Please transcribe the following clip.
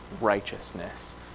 righteousness